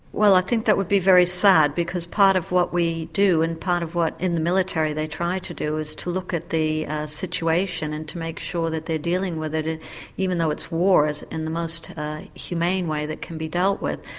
well i think that would be very sad, because part of what we do and part of what in the military they try to do, is to look at the situation and to make sure that they're dealing with it it even though it's war in the most humane way that it can be dealt with.